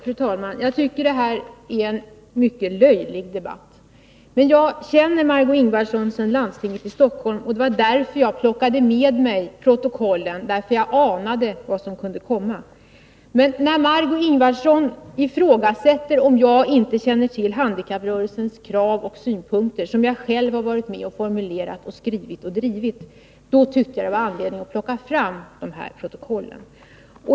Fru talman! Jag tycker det här är en mycket löjlig debatt. Men jag känner Margö Ingvardsson från landstinget i Stockholm, och det var därför jag tog med mig protokollen, eftersom jag anade vad som skulle komma. När Margö Ingvardsson ifrågasatte om jag känner till handikapprörelsens krav och synpunkter, som jag själv har varit med om att formulera och som jag själv har drivit, då tyckte jag det var anledning att ta fram de här protokollen.